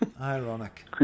Ironic